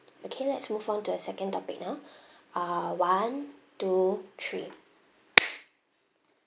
okay let's move on to the second topic now uh one two three